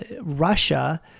Russia